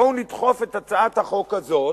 בואו נדחף את הצעת החוק הזאת,